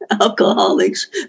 alcoholics